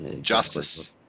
Justice